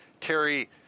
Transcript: Terry